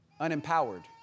unempowered